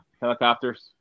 Helicopters